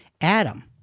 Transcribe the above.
Adam